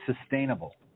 sustainable